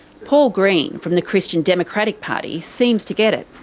paul green, from the christian democratic party, seems to get it.